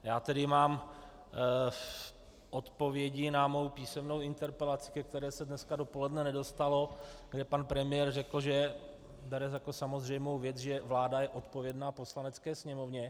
Já tedy mám v odpovědi na svoji písemnou interpelaci, ke které se dneska dopoledne nedostalo, že pan premiér řekl, že bere jako samozřejmou věc, že vláda je odpovědna Poslanecké sněmovně.